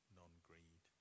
non-greed